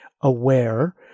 aware